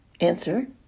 Answer